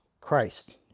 Christ